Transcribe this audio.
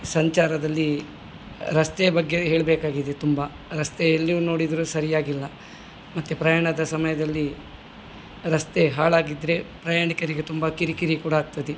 ಸಂಚಾರದಲ್ಲಿ ರಸ್ತೆ ಬಗ್ಗೆ ಹೇಳಬೇಕಾಗಿದೆ ತುಂಬಾ ರಸ್ತೆ ಎಲ್ಲಿ ನೋಡಿದರು ಸರಿಯಾಗಿಲ್ಲ ಮತ್ತೆ ಪ್ರಯಾಣದ ಸಮಯದಲ್ಲಿ ರಸ್ತೆ ಹಾಳಾಗಿದ್ದರೆ ಪ್ರಯಾಣಿಕರಿಗೆ ತುಂಬಾ ಕಿರಿಕಿರಿ ಕೂಡಾ ಆಗ್ತದೆ